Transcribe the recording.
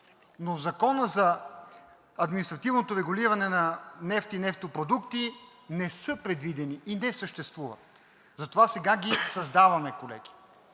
Но в Закона за административното регулиране на нефт и нефтопродукти не са предвидени и не съществуват. Затова сега ги създаваме, колеги.